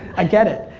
i get it.